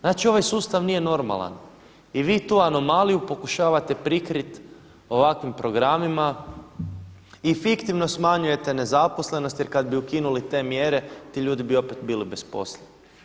Znači ovaj sustav nije normalan i vi tu anomaliju pokušavate prikriti ovakvim programima i fiktivno smanjujete nezaposlenost jer kada bi ukinuli te mjere ti ljudi bi opet bili bez posla.